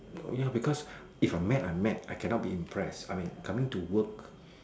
no ya because if I'm mad I'm mad I cannot be impressed I mean coming to work